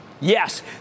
Yes